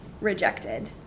rejected